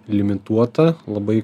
limituotą labai